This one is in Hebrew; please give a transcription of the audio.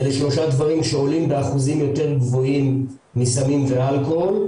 אלה שלושה דברים שעולים באחוזים יותר גבוהים מסמים ואלכוהול,